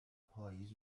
پائیز